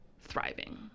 thriving